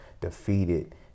defeated